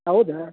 ಹೌದಾ